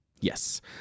Yes